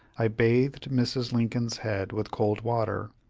i bathed mrs. lincoln's head with cold water,